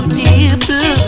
people